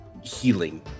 healing